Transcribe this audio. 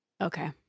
Okay